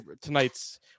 tonight's